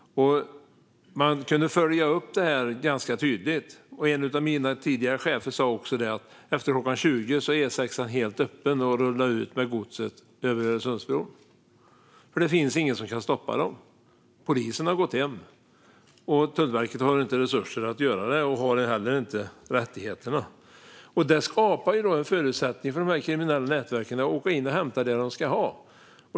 Man kunde följa upp detta ganska tydligt. En av mina tidigare chefer sa att efter klockan 20 är E6:an helt öppen och att man kan rulla ut med godset över Öresundsbron. Det finns ingen som kan stoppa det. Polisen har gått hem, och Tullverket har inte resurser och heller inte rättigheterna att göra det. Detta skapar förutsättningar för de kriminella nätverken att åka in och hämta det de ska ha.